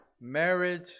marriage